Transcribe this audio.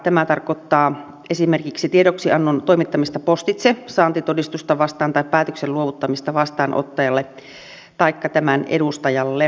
tämä tarkoittaa esimerkiksi tiedoksiannon toimittamista postitse saantitodistusta vastaan tai päätöksen luovuttamista vastaanottajalle taikka tämän edustajalle